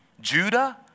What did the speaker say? Judah